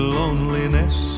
loneliness